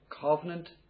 covenant